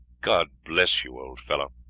god bless you, old fellow!